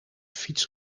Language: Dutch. fiets